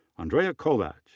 andrea kovach.